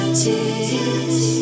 tears